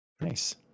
Nice